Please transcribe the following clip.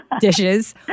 dishes